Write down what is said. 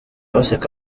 baseka